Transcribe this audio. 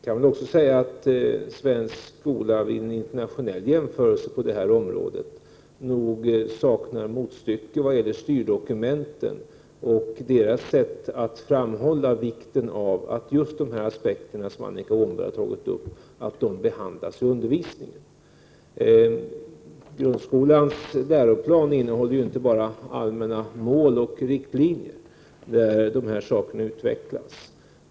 Jag kan också säga att svensk skola vid en internationell jämförelse på det här området nog saknar motstycke i vad gäller styrdokumenten och sättet att där framhålla vikten av att just de aspekter som Annika Åhnberg tagit upp behandlas i undervisningen. Grundskolans läroplan innehåller inte bara allmänna mål och riktlinjer där dessa saker utvecklas.